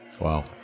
Wow